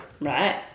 right